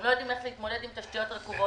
הם לא יודעים איך להתמודד עם תשתיות רקובות.